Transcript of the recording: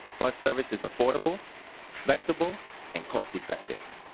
bus service is affordable flexible and cost-effective.